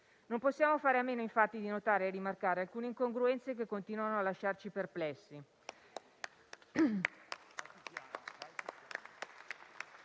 Non possiamo fare a meno, infatti, di notare e rimarcare alcune incongruenze che continuano a lasciarci perplessi.